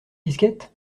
disquette